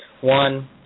One